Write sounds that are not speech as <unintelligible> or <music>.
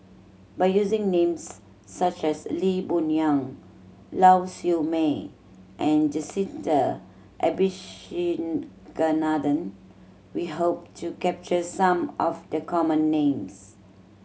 by using names such as Lee Boon Yang Lau Siew Mei and Jacintha <unintelligible> we hope to capture some of the common names